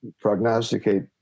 prognosticate